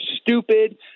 stupid